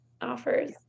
offers